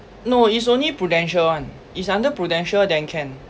no it's only prudential [one] it's under prudential then can